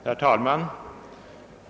Herr talman!